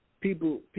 People